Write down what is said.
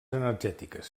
energètiques